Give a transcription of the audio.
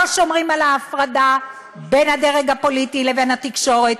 לא שומרים על ההפרדה בין הדרג המדיני לבין התקשורת.